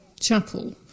Chapel